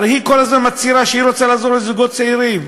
הרי היא כל הזמן מצהירה שהיא רוצה לעזור לזוגות צעירים.